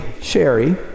Sherry